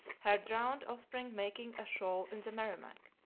her drowned offspring making a shoal in the merrimac,